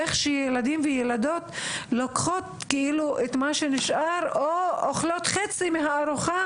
איך שילדים וילדות לוקחים את מה שנשאר או אוכלים חצי מהארוחה